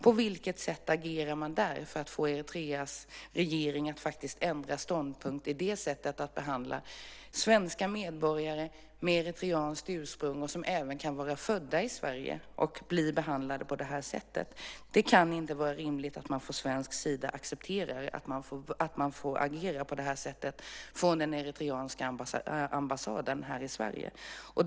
På vilket sätt agerar man för att få Eritreas regering att ändra ståndpunkt i det sättet att behandla svenska medborgare med eritreanskt ursprung som även kan vara födda i Sverige? Det kan inte vara rimligt att vi från svensk sida accepterar att den eritreanska ambassaden i Sverige får agera på det sättet.